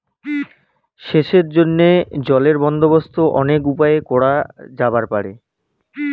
সেচের জইন্যে জলের বন্দোবস্ত অনেক উপায়ে করাং যাইপারে